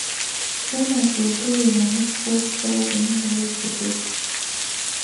šiemet lietuviai namus puoš savos gamybos žaisliukais